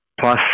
plus